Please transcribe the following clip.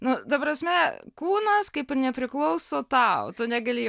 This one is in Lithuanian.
nu ta prasme kūnas kaip ir nepriklauso tau tu negali